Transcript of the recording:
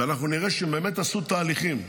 ואנחנו נראה שהם באמת עשו תהליכים,